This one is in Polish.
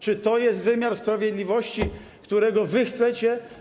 Czy to jest wymiar sprawiedliwości, którego wy chcecie?